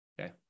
Okay